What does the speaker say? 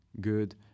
good